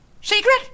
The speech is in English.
Secret